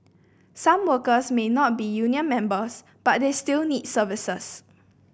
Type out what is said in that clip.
some workers may not be union members but they still need services